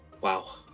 Wow